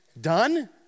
done